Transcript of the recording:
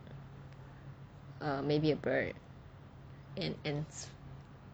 err maybe a bird and ants